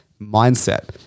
mindset